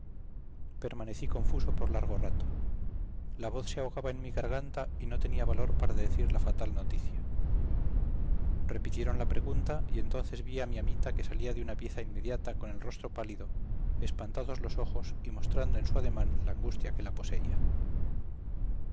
permanecí confuso por largo rato la voz se ahogaba en mi garganta y no tenía valor para decir la fatal noticia repitieron la pregunta y entonces vi a mi amita que salía de una pieza inmediata con el rostro pálido espantados los ojos y mostrando en su ademán la angustia que la poseía